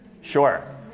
Sure